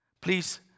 Please